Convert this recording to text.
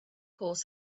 horse